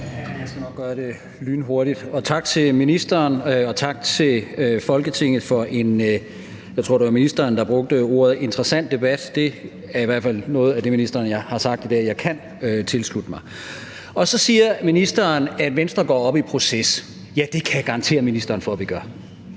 Jeg skal nok gøre det lynhurtigt. Tak til ministeren, og tak til Folketinget for en – jeg tror, det var ministeren der brugte ordet – interessant debat. Det er i hvert fald noget af det, ministeren har sagt i dag, jeg kan tilslutte mig. Så siger ministeren, at Venstre går op i proces. Ja, det kan jeg garantere ministeren for at vi gør.